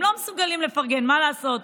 הם לא מסוגלים לפרגן, מה לעשות?